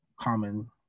common